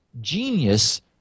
genius